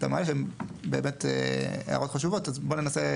אתה מעלה הערות חשובות, אז בוא ננסה